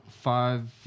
five